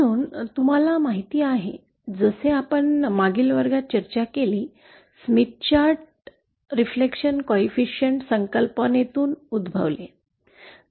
म्हणूनच तुम्हाला माहिती आहे जसे आपण मागील वर्गात चर्चा केली स्मिथ चार्ट परावर्तन गुणांक संकल्पनेतून उद्भवले